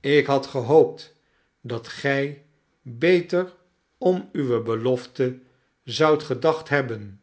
ik had gehoopt dat gij beter om uwe belofte zoudt gedacht hebben